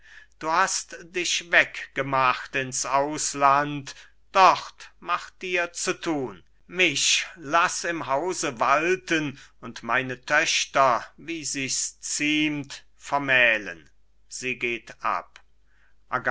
du hast dich hinaus gemacht so bekümmere dich um dinge die draußen sind mich laß im hause walten und meine töchter wie sich's ziemt vermählen